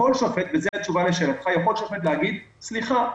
בתשובה לשאלתך, יכול שופט להגיד: סליחה,